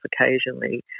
occasionally